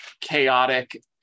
chaotic